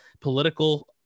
political